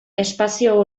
espazio